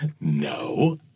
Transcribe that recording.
No